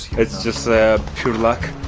it's just a pure luck